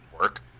work